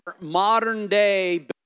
modern-day